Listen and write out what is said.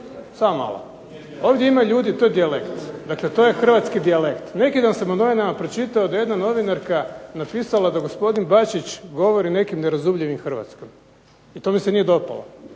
Samo malo. Ovdje ima ljudi, to je dijalekt, dakle to je hrvatski dijalekt. Neki dan sam u novinama pročitao da je jedna novinarka napisala da gospodin Bačić govori nekim nerazumljivim hrvatskim i to mi se nije dopalo.